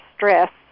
stress